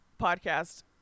podcast